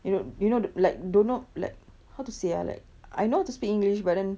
you know you know like don't know like how to say ah like I know how to speak english but then